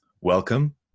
welcome